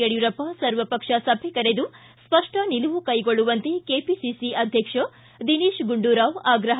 ಯಡಿಯೂರಪ್ಪ ಸರ್ವಪಕ್ಷ ಸಭೆ ಕರೆದು ಸ್ಪಷ್ಟ ನಿಲುವು ಕೈಗೊಳ್ಳುವಂತೆ ಕೆಪಿಸಿಸಿ ಅಧ್ಯಕ್ಷ ದಿನೇತ ಗುಂಡುರಾವ್ ಆಗ್ರಹ